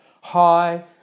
high